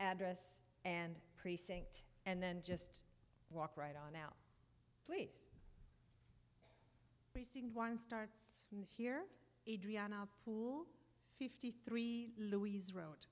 address and precinct and then just walk right on out please one starts here adriana poole fifty three louise wro